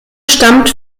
stammt